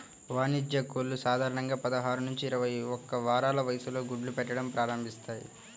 వాణిజ్య కోళ్లు సాధారణంగా పదహారు నుంచి ఇరవై ఒక్క వారాల వయస్సులో గుడ్లు పెట్టడం ప్రారంభిస్తాయి